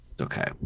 Okay